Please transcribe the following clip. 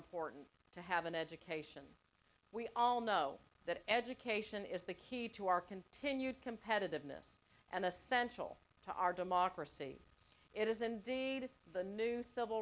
important to have an education we all know that education is the key to our continued competitiveness and essential to our democracy it is indeed the new civil